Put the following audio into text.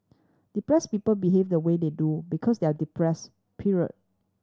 depress people behave the way they do because they are depress period